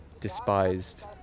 despised